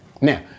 Now